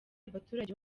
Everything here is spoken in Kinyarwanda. abaturage